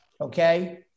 okay